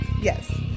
Yes